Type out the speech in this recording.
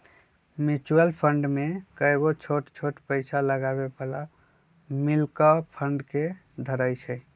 mutual fund में कयगो छोट छोट पइसा लगाबे बला मिल कऽ फंड के धरइ छइ